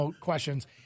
questions